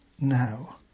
now